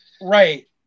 Right